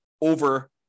over